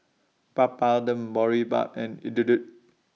Papadum Boribap and Idili